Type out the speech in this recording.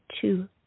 two